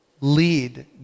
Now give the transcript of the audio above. lead